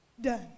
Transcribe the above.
done